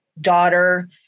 daughter